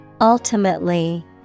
Ultimately